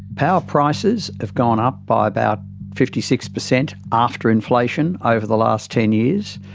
power prices have gone up by about fifty six percent after inflation over the last ten years.